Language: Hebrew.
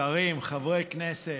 שרים, חברי כנסת,